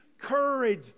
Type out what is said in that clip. courage